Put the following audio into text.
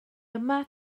yma